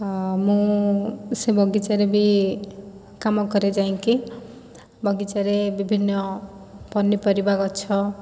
ଆ ମୁଁ ସେ ବଗିଚାରେ ବି କାମ କରେ ଯାଇକି ବଗିଚାରେ ବିଭିନ୍ନ ପନିପରିବା ଗଛ